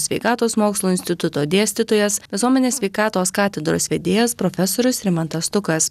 sveikatos mokslų instituto dėstytojas visuomenės sveikatos katedros vedėjas profesorius rimantas stukas